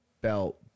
belt